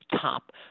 top